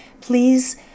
please